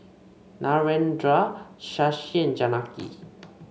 Narendra Shashi and Janaki